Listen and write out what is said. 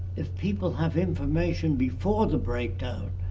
if people have information before the breakdown,